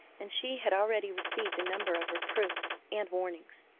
and she had already received a number of reproofs and warnings.